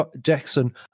Jackson